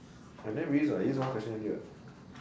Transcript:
I never use what I use one question only what